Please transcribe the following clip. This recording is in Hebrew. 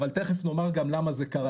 אבל תיכף נאמר למה זה קרה,